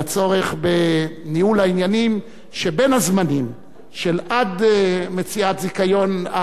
והצורך בניהול העניינים שבין הזמנים עד מציאת זיכיון,